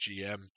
GM